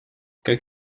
как